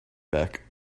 back